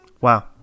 Wow